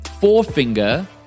forefinger